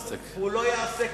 הוא לא יעשה כלום,